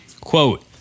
quote